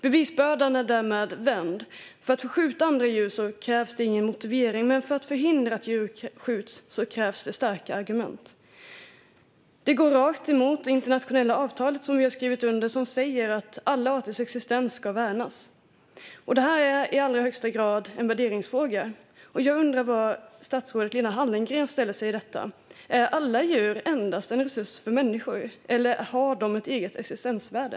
Bevisbördan är därmed vänd: För att få skjuta djur krävs ingen motivering, men för att förhindra att djur skjuts krävs starka argument. Det går rakt emot det internationella avtal som vi har skrivit under och som säger att alla arters existens ska värnas. Det här är i allra högsta grad en värderingsfråga. Jag undrar var statsrådet Lena Hallengren ställer sig i detta. Är alla djur endast en resurs för människor, eller har de ett eget existensvärde?